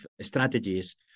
strategies